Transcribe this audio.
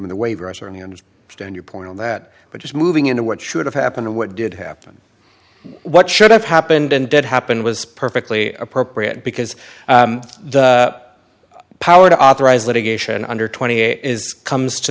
under stand your point on that but just moving into what should have happened and what did happen what should have happened and did happen was perfectly appropriate because the power to authorize litigation under twenty eight is comes to